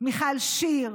מיכל שיר,